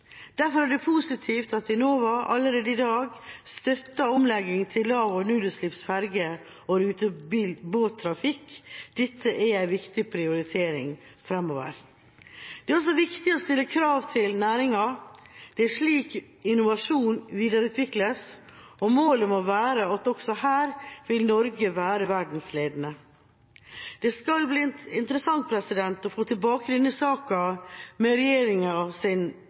Derfor er det positivt at Enova allerede i dag støtter omlegging til lav- og nullutslipps ferge- og rutebåttrafikk. Dette er en viktig prioritering framover. Det er også viktig å stille krav til næringa. Det er slik innovasjon videreutvikles, og målet må være at også her vil Norge være verdensledende. Det skal bli interessant å få tilbake denne saken med